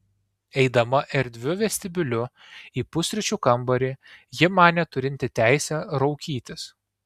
eidama erdviu vestibiuliu į pusryčių kambarį ji manė turinti teisę raukytis